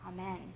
Amen